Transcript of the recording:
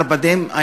ערפדים.